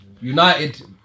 United